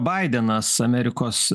baidenas amerikos